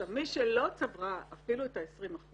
מי שלא צברה אפילו את ה-20%